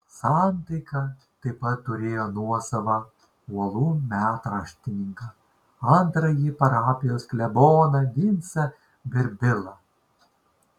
santaika taip pat turėjo nuosavą uolų metraštininką antrąjį parapijos kleboną vincą birbilą